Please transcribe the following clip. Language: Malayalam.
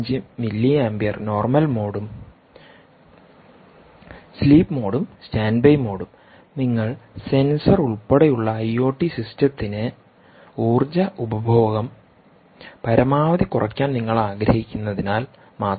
5 mAനോർമൽ മോഡും സ്ലീപ്പ് മോഡും സ്റ്റാൻഡ്ബൈ മോഡും നിങ്ങൾ സെൻസർ ഉൾപ്പെടെയുള്ള ഐഒടി സിസ്റ്റത്തിന് ഊർജ്ജ ഉപഭോഗം പരമാവധി കുറയ്ക്കാൻ നിങ്ങൾ ആഗ്രഹിക്കുന്നതിനാൽ മാത്രമാണ്